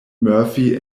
murphy